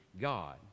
God